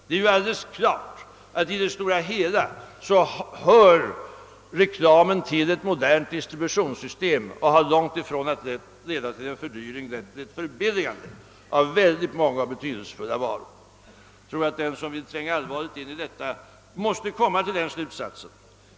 Det är alldeles klart att reklamen i det stora hela hör till ett modernt distributionssystem, och i stället för att leda till ett fördyrande, så leder den till ett förbilligande av många och betydelsefulla varor. Alla som allvarligt tränger in i denna fråga kommer till den slutsatsen.